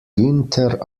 günther